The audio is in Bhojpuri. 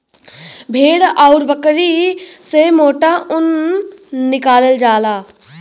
भेड़ आउर बकरी से मोटा ऊन निकालल जाला